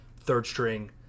third-string